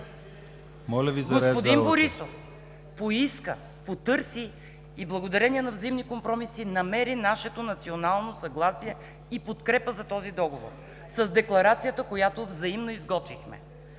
Господин Борисов поиска, потърси – благодарение на взаимни компромиси, и намери нашето национално съгласие и подкрепа за този договор с Декларацията, която взаимно изготвихме,